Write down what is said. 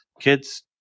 Kids